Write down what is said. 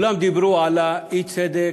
כולם דיברו על האי-צדק,